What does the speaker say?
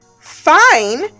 fine